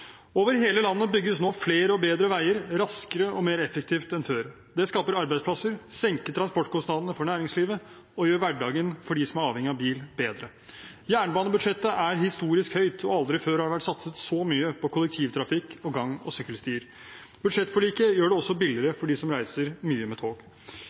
Over hele landet bygges nå flere og bedre veier raskere og mer effektivt enn før. Det skaper arbeidsplasser, senker transportkostnadene for næringslivet og gjør hverdagen bedre for dem som er avhengig av bil. Jernbanebudsjettet er historisk høyt. Aldri før har det vært satset så mye på kollektivtrafikk og gang- og sykkelstier. Budsjettforliket gjør det også billigere for dem som reiser mye med tog.